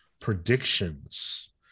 predictions